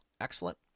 Excellent